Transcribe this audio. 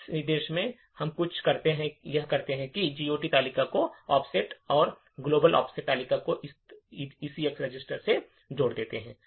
इस निर्देश में हम जो कुछ करते हैं वह GOT तालिका की ऑफसेट वैश्विक ऑफसेट तालिका को इस ईसीएक्स रजिस्टर में जोड़ देता है